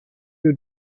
you